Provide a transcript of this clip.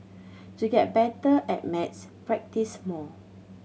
to get better at maths practise more